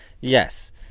Yes